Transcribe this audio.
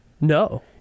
No